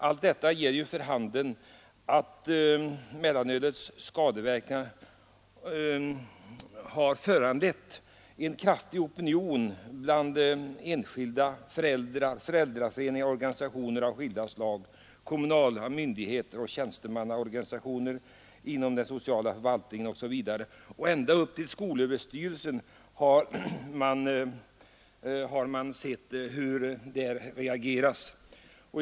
Allt detta ger vid handen mellanölets skadeverkningar och har skapat en kraftig opinion mot mellanölet från enskilda föräldrar, föräldraföreningar, organisationer av skilda slag, kommunala myndigheter, tjänstemannaorganisationer inom den sociala förvaltningen osv. Ända uppe i skolöverstyrelsen har man kunnat avläsa reaktioner.